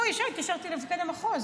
פה ישר התקשרתי למפקד המחוז,